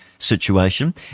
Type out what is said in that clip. Situation